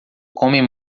comem